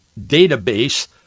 database